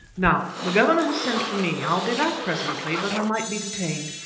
now the governor has sent for me. i'll be back presently, but i might be detained.